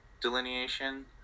delineation